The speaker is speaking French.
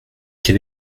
quel